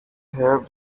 have